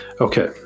Okay